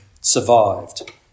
survived